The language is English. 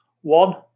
One